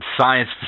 science